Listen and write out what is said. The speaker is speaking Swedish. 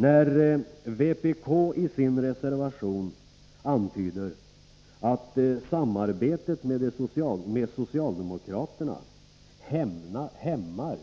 När vpk i sin reservation antyder att samarbetet med socialdemokraterna hämmar